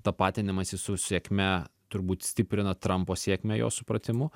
tapatinimasis su sėkme turbūt stiprina trampo sėkmę jo supratimu